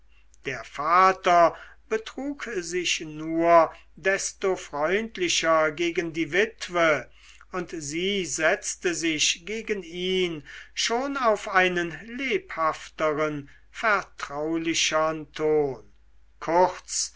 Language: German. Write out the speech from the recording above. der vater betrug sich nur desto freundlicher gegen die witwe und sie setzte sich gegen ihn schon auf einen lebhafteren vertraulichern ton kurz